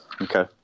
Okay